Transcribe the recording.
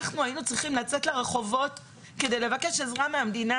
אנחנו היינו צריכים לצאת לרחובות כדי לבקש עזרה מהמדינה,